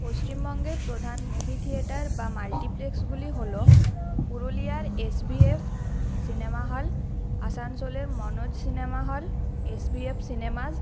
পশ্চিমবঙ্গের প্রধান movie theatre বা মাল্টিপ্লেক্সগুলি হল পুরুলিয়ার এসভিএফ সিনেমা হল আসানসোলের Manoj cinema hall SVF cinemas